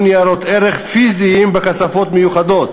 ניירות ערך פיזיים בכספות מיוחדות.